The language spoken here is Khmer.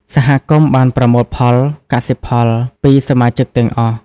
សហគមន៍បានប្រមូលផលកសិផលពីសមាជិកទាំងអស់។